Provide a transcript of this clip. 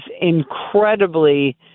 incredibly